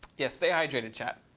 yeah, stay hydrated, chat.